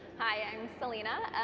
hi, i'm selena.